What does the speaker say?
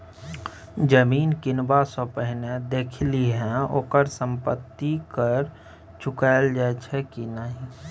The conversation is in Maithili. जमीन किनबा सँ पहिने देखि लिहें ओकर संपत्ति कर चुकायल छै कि नहि?